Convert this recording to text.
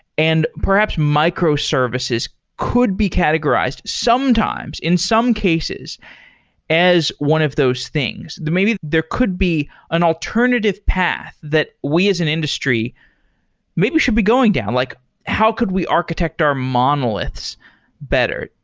and perhaps microservices could be categorized sometimes in some cases as one of those things. maybe there could be an alternative path that we as an industry maybe should be going down. like how could we architect our monoliths better?